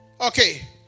Okay